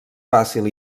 fàcil